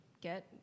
get